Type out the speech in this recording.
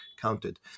counted